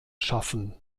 schaffen